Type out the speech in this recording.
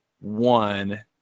one